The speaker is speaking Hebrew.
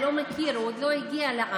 הוא לא מכיר, הוא עוד לא הגיע לארץ.